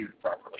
properly